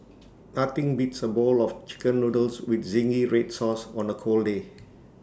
nothing beats A bowl of Chicken Noodles with Zingy Red Sauce on A cold day